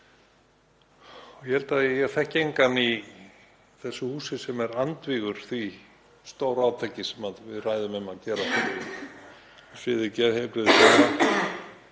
Ég held að ég þekki engan í þessu húsi sem er andvígur því stórátaki sem við ræðum um að gera á